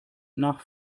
nach